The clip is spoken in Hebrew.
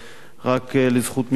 רק לזכות משרדי,